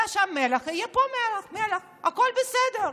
היה שם מלך, יהיה פה מלך, הכול בסדר.